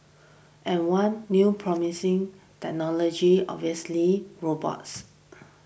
and one new promising technology obviously robots